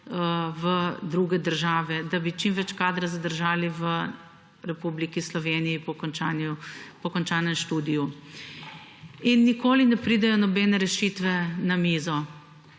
v druge države, da bi čim več kadra zadržali v Republiki Sloveniji po končanem študiju. Nikoli ne pridejo nobene rešitve na mizo.